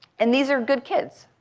and these are good kids